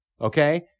Okay